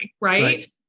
right